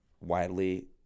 widely